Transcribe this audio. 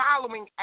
following